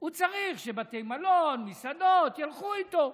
הוא צריך שבתי מלון, מסעדות, ילכו איתו.